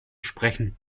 sprechen